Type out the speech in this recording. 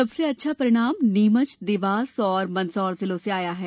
सबसे अच्छा परिणाम नीमच देवास और मंदसौर जिलों से आया है